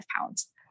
pounds